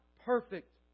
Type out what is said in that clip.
perfect